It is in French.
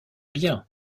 bien